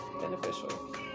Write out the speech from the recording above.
beneficial